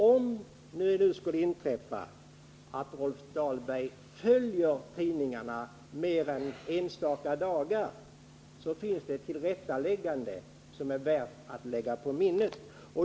Om det nu skulle inträffa att Rolf Dahlberg följer tidningarna mer än enstaka dagar, finns det alltså ett slags tillrättaläggande som är värt att observera.